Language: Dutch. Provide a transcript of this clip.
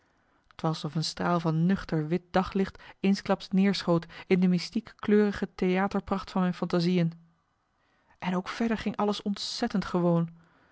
t was of een straal van nuchter wit daglicht eensklaps marcellus emants een nagelaten bekentenis neerschoot in de mystiek kleurige theater pracht van mijn fantasiëen en ook verder ging alles ontzettend gewoon